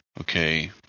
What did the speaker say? okay